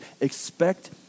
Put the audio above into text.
expect